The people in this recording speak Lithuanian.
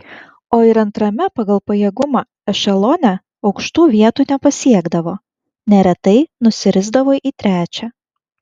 o ir antrame pagal pajėgumą ešelone aukštų vietų nepasiekdavo neretai nusirisdavo į trečią